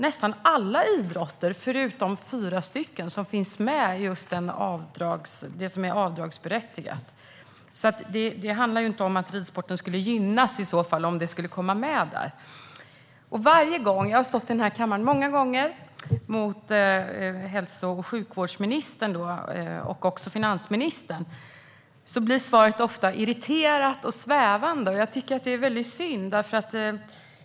Nästan alla idrotter, förutom fyra stycken, finns med i det som är avdragsberättigat. Det handlar inte om att ridsporten skulle gynnas om den skulle komma med där. Jag har debatterat med hälso och sjukvårdsministern och även finansministern i den här kammaren många gånger. Svaret blir ofta irriterat och svävande. Det är synd.